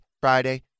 Friday